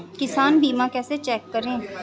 किसान बीमा कैसे चेक करें?